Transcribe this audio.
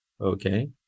okay